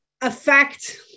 affect